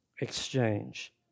exchange